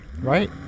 right